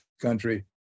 country